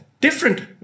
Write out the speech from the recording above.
different